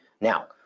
Now